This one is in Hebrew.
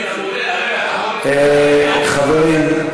חברים,